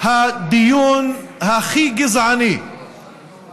הדיון הכי גזעני שהייתי בו